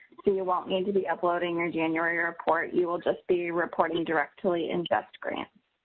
so you won't need to be uploading your january report. you will just be reporting directly in justgrants.